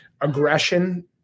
aggression